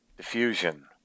diffusion